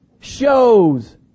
shows